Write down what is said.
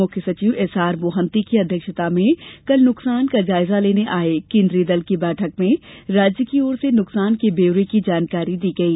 मुख्य सचिव एसआरमोहंती की अध्यक्षता में कल नुकसान का जायजा लेने आये केन्द्रीय दल की बैठक में राज्य की ओर से नुकसान के ब्यौरे की जानकारी दी गई